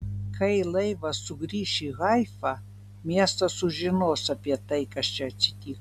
kai laivas sugrįš į haifą miestas sužinos apie tai kas čia atsitiko